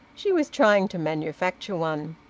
she was trying to manufacture one!